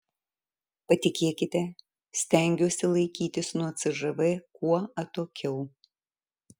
patikėkite stengiuosi laikytis nuo cžv kuo atokiau